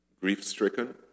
grief-stricken